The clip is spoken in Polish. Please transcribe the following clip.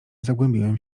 zagłębiłem